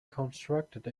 constructed